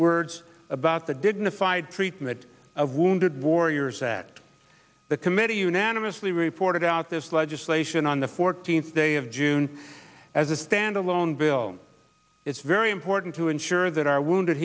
words about the didna fide treatment of wounded warriors that the committee unanimously reported out this legislation on the fourteenth day of june as a standalone bill it's very important to ensure that our wounded